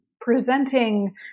presenting